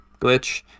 glitch